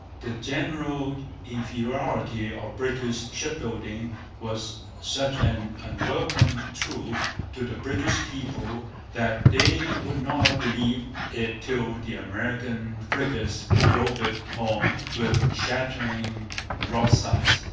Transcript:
the general inferiority of british shipbuilding was such an unwelcome truth to the british people that they would not believe it till the american frigates drove it home with shattering broadsides.